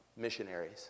missionaries